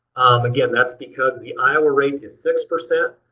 again, that's because the iowa rate is six percent.